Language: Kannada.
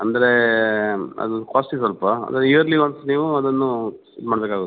ಅಂದರೆ ಅದು ಕಾಸ್ಟ್ಲಿ ಸ್ವಲ್ಪ ಆದರೆ ಇಯರ್ಲಿ ಒನ್ಸ್ ನೀವು ಅದನ್ನು ಇದು ಮಾಡಬೇಕಾಗುತ್ತೆ